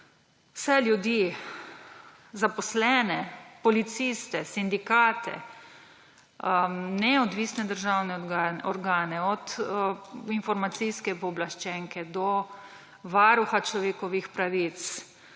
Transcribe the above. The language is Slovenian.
vse ljudi, zaposlene, policiste, sindikate, neodvisne državne organe, od informacijske pooblaščenke do varuha človekovih pravic,